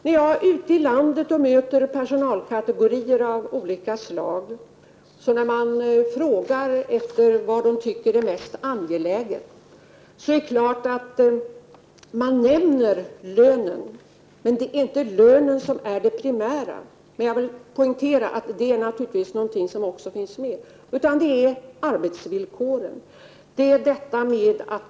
När jag är ute i landet och möter personalkategorier av olika slag och frågar efter vad de tycker är mest angeläget, är det klart att man nämner lönen. Men det är inte lönen som är det primära. Jag vill i alla fall poängtera att den naturligtvis är någonting som också finns med. Men det primära är arbetsvillkoren.